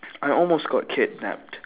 I almost got kidnapped